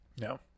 no